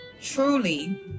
truly